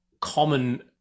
common